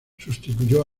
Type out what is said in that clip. sustituyó